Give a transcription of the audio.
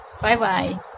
Bye-bye